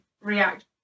react